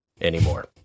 anymore